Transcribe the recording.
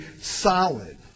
solid